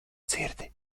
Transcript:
dzirdi